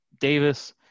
Davis